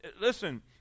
Listen